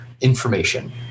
information